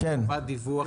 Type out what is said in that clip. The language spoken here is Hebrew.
חובת דיווח,